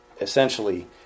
essentially